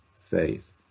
faith